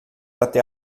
até